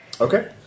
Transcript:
Okay